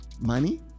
Money